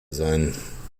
sein